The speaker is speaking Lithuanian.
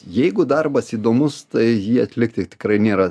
jeigu darbas įdomus tai jį atlikti tikrai nėra